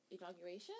inauguration